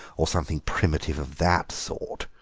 or something primitive of that sort?